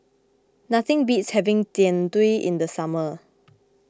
nothing beats having Jian Dui in the summer